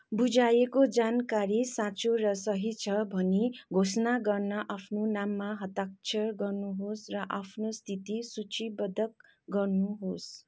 बुझाइएको जानकारी साँचो र सही छ भनी घोषणा गर्न आफ्नो नाममा हस्ताक्षर गर्नुहोस् र आफ्नो स्थिति सूचीबद्ध गर्नुहोस्